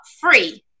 free